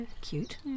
cute